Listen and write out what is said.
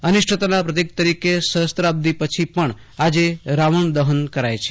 અનિષ્ટતા પ્રતીક તરીકે સહસ્ત્રાબ્દિ પછી પણ આજે રાવજ્ઞદહન કરાય છે